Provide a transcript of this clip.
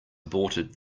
aborted